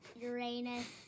Uranus